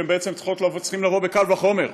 שבעצם צריכות לבוא בקל וחומר: